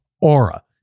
Aura